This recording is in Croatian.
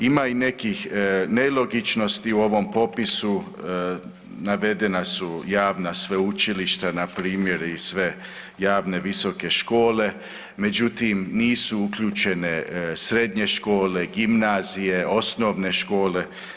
Ima i nekih nelogičnosti u ovom popisu, navedena su javna sveučilišta na primjer i sve javne visoke škole, međutim nisu uključene srednje škole, gimnazije, osnovne škole.